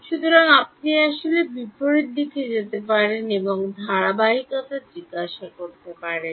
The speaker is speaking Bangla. সুতরাং আপনি আসলে বিপরীত দিকে যেতে পারেন এবং ধারাবাহিকতা জিজ্ঞাসা করতে পারেন